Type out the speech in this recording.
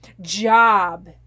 job